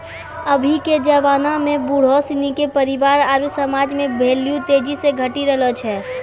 अभी के जबाना में बुढ़ो सिनी के परिवार आरु समाज मे भेल्यू तेजी से घटी रहलो छै